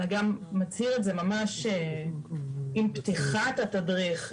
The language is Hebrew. אלא גם מצהיר את זה ממש עם פתיחת התדריך,